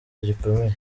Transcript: gikomeye